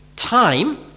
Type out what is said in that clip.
Time